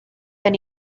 then